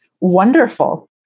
wonderful